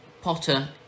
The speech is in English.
Potter